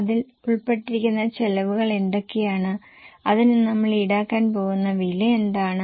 അതിൽ ഉൾപ്പെട്ടിരിക്കുന്ന ചെലവുകൾ എന്തൊക്കെയാണ് അതിനു നമ്മൾ ഈടാക്കാൻ പോകുന്ന വില എന്താണ്